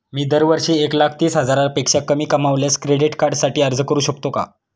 मी दरवर्षी एक लाख तीस हजारापेक्षा कमी कमावल्यास क्रेडिट कार्डसाठी अर्ज करू शकतो का?